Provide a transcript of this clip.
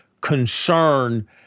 concern